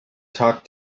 talk